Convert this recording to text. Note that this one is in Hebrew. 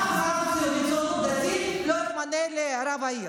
אף אחד מהציונות הדתית לא יתמנה לרב עיר.